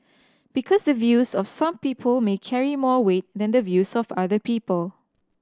because the views of some people may carry more weight than the views of other people